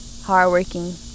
hardworking